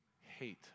hate